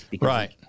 right